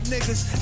Niggas